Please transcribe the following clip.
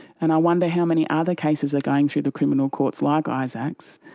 and i wonder how many other cases are going through the criminal courts like isaac's?